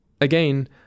Again